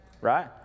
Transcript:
right